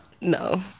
No